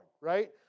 right